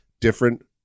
different